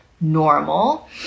normal